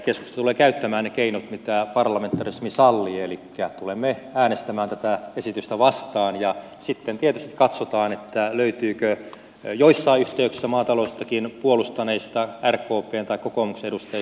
keskusta tulee käyttämään ne keinot mitä parlamentarismi sallii elikkä tulemme äänestämään tätä esitystä vastaan ja sitten tietysti katsotaan löytyykö joissain yhteyksissä maatalouttakin puolustaneista rkpn tai kokoomuksen edustajista kannatusta